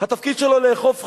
התפקיד שלו לאכוף חוק,